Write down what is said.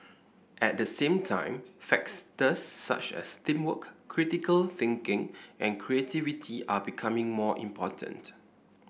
at the same time such as teamwork critical thinking and creativity are becoming more important